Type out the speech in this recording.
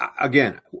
again